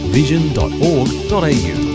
vision.org.au